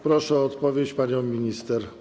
Proszę o odpowiedź panią minister.